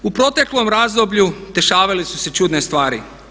U proteklom razdoblju dešavale su se čudne stvari.